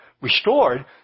Restored